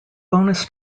bonus